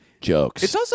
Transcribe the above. jokes